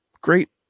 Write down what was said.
great